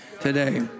today